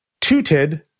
tooted